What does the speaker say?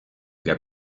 get